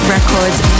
Records